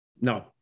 No